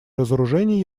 разоружение